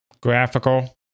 Graphical